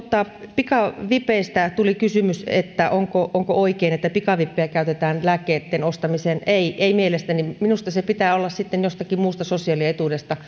pikavipeistä tuli kysymys onko onko oikein että pikavippejä käytetään lääkkeitten ostamiseen ei ei mielestäni minusta sen pitää olla sitten jostakin muusta sosiaalietuudesta